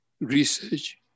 research